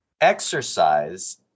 exercise